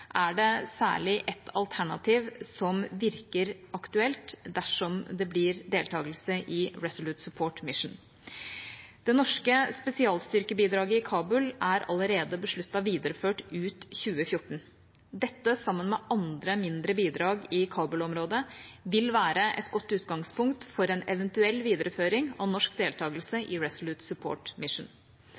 er det særlig ett alternativ som virker aktuelt, dersom det blir deltagelse i Resolute Support mission. Det norske spesialstyrkebidraget i Kabul er allerede besluttet videreført ut 2014. Dette, sammen med andre, mindre bidrag i Kabul-området, vil være et godt utgangspunkt for en eventuell videreføring av norsk deltagelse i Resolute Support mission.